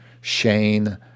Shane